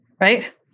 right